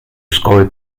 szkoły